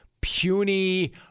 puny